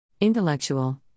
Intellectual